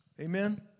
Amen